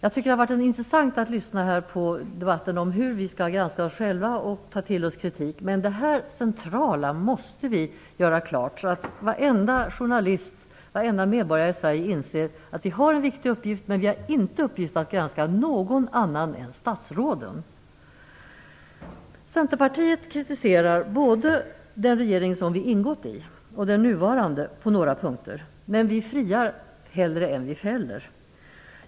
Det har varit intressant att lyssna på debatten om hur vi skall granska oss själva och ta till oss kritik, men det här centrala måste vi göra klart, så att varenda journalist, varenda medborgare i Sverige inser att vi har en viktig uppgift men att vi inte har i uppgift att granska någon annan än statsråden. Centerpartiet kritiserar både den regering som vi har ingått i och den nuvarande på några punkter, men vi friar hellre än vi fäller.